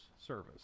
service